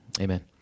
Amen